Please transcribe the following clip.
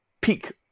peak